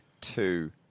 two